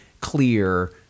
clear